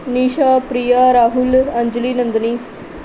Nisha Priya Rahul Anjali Nandini